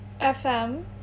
FM